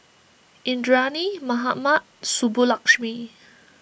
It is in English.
Indranee Mahatma Subbulakshmi